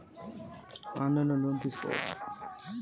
నేను online లో loan తీసుకోవచ్చా?